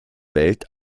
welt